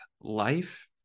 life